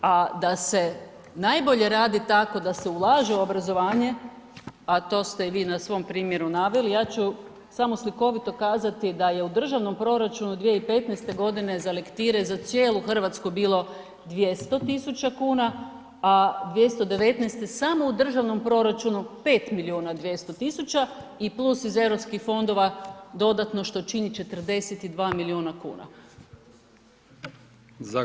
A da se najbolje radi tako da se ulaže u obrazovanje, a to ste i vi na svom primjeru naveli, ja ću samo slikovito kazati da je u državnom proračunu 2015. g. za lektire za cijelu Hrvatsku bilo 200 tisuća kuna, a 2019. samo u državnom proračunu 5 milijuna 200 tisuća i plus iz EU fondova što čini 42 milijuna kuna.